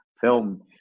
film